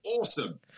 awesome